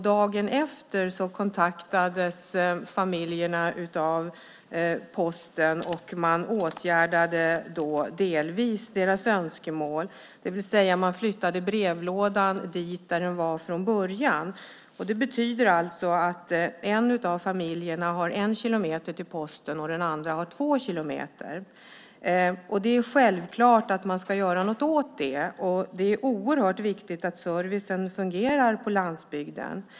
Dagen efter kontaktades familjerna av Posten som delvis åtgärdade deras önskemål, det vill säga man flyttade brevlådan dit där den var från början. Det betyder alltså att en av familjerna har en kilometer till sin post, och den andra har två kilometer. Det är självklart att man ska göra något åt detta, för det är oerhört viktigt att servicen fungerar på landsbygden.